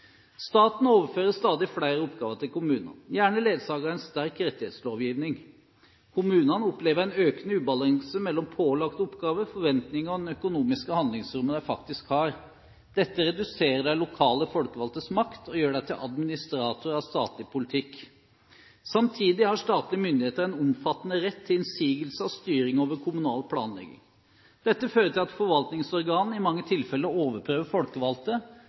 Staten overfører stadig flere oppgaver til kommunene, gjerne ledsaget av en sterk rettighetslovgivning. Kommunene opplever en økende ubalanse mellom pålagte oppgaver, forventninger og det økonomiske handlingsrommet de faktisk har. Dette reduserer de lokale folkevalgtes makt og gjør dem til administratorer av statlig politikk. Samtidig har statlige myndigheter en omfattende rett til innsigelser og styring over kommunal planlegging. Dette fører til at forvaltningsorganer i mange tilfeller overprøver folkevalgte,